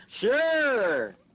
Sure